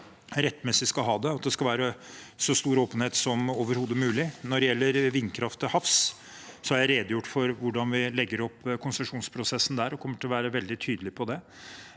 rettmessig skal ha det, og at det skal være så stor åpenhet som overhodet mulig. Når det gjelder vindkraft til havs, har jeg redegjort for hvordan vi legger opp konsesjonsprosessen der, og kommer til å være veldig tydelig på det.